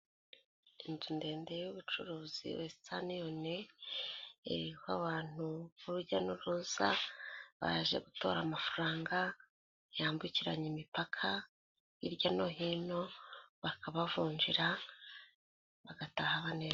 Inzu ndende y'ubucuruzi wesitenewone iriho abantu urujya n'uruza baje gutora amafaranga yambukiranya imipaka, hirya no hino bakabavunjira bagataha banezerewe.